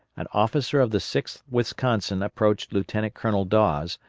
an officer of the sixth wisconsin approached lieutenant colonel dawes,